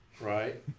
right